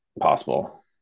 Possible